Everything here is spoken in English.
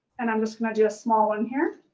and i'm just gonna do a small one here.